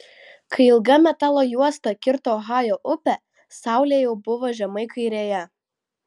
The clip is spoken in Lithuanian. kai ilga metalo juosta kirto ohajo upę saulė jau buvo žemai kairėje